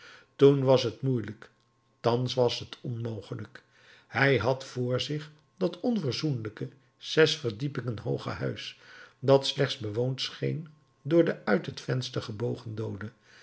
toen was het moeielijk thans was het onmogelijk hij had vr zich dat onverzoenlijke zes verdiepingen hooge huis dat slechts bewoond scheen door den uit het venster gebogen doode